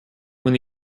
when